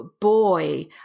boy